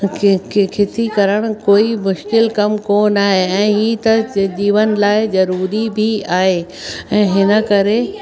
खेती करण कोई मुश्किलु कमु कोन आहे ऐं हीउ त जीवन लाइ ज़रूरी बि आहे ऐं हिन करे